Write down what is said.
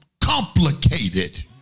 complicated